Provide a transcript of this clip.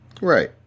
Right